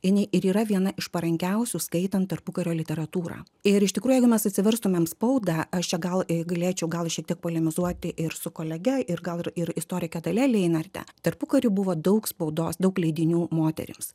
jinai ir yra viena iš parankiausių skaitant tarpukario literatūrą ir iš tikrųjų jeigu mes atsiverstumėm spaudą aš čia gal galėčiau gal šiek tiek polemizuoti ir su kolege ir gal ir ir istorike dalia leinarte tarpukariu buvo daug spaudos daug leidinių moterims